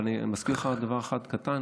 אני מזכיר לך דבר אחד קטן,